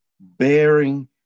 bearing